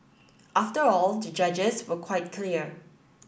after all the judges were quite clear